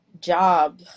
job